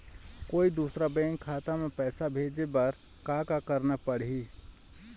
कोई दूसर बैंक खाता म पैसा भेजे बर का का करना पड़ही?